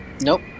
Nope